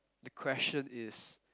the question is